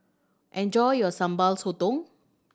enjoy your Sambal Sotong